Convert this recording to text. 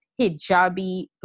hijabi